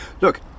Look